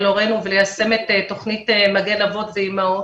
הורינו וליישם את תוכנית 'מגן אבות ואימהות'.